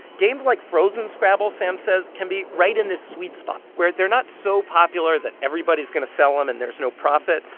games like frozen scrabble, sam says, can be right in the sweet spot where they're not so popular that everybody's going to sell them and there's no profit,